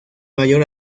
mayor